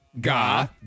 Gah